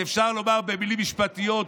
שאפשר לומר במילים משפטיות,